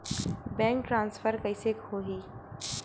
Bank transfer कइसे होही?